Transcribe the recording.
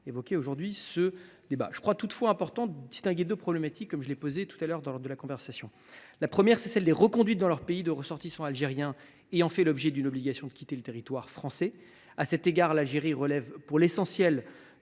d’organiser aujourd’hui ce débat. Je crois toutefois important de distinguer deux problématiques, comme je l’ai fait tout à l’heure lors du débat. La première est celle des reconduites dans leur pays de ressortissants algériens ayant fait l’objet d’une obligation de quitter le territoire français. À cet égard, l’Algérie relève pour l’essentiel